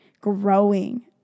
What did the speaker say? growing